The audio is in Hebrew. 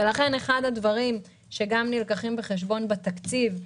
לכן אחד הדברים שנלקחים בחשבון בתקציב,